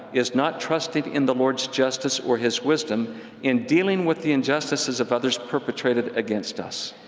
is not trusting in the lord's justice or his wisdom in dealing with the injustices of others perpetrated against us.